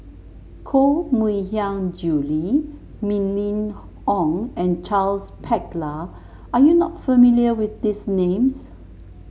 Koh Mui Hiang Julie Mylene Ong and Charles Paglar are you not familiar with these names